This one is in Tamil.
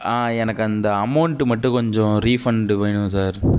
ஆ எனக்கு அந்த அமௌண்ட்டு மட்டும் கொஞ்சம் ரீஃபண்டு வேணும் சார்